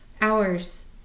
hours